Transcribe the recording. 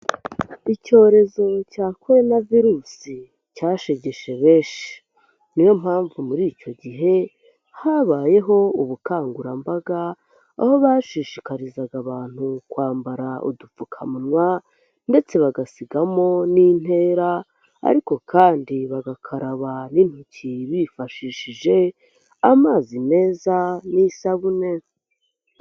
Icyorezo cya koronavirusi cyashegeshe benshi. Ni yo mpamvu muri icyo gihe habayeho ubukangurambaga, aho bashishikarizaga abantu kwambara udupfukamunwa ndetse bagasigamo n'intera, ariko kandi bagakaraba n'intoki bifashishije amazi meza n'isabune.